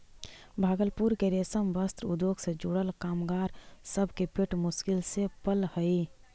भागलपुर के रेशम वस्त्र उद्योग से जुड़ल कामगार सब के पेट मुश्किल से पलऽ हई